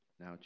Now